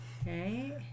Okay